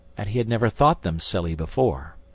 and he had never thought them silly before.